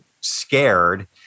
scared